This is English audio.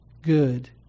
good